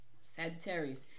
Sagittarius